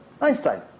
Einstein